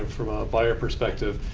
from a buyer perspective,